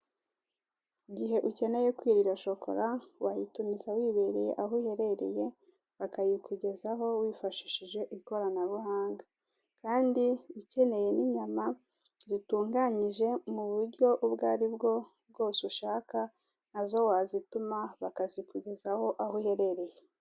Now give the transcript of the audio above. Igihe ukeneye kwirira shokora, wayitumiza wibereye aho uherereye, bakayikugezaho, wifashishije ikoranabuhanga. Kandi ukeneye n'inyama zitunganyije mu buryo ubwo ari bwo bwose ushaka, na zo wazituma, bakazikugezaho aho uherereye.